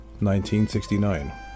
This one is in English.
1969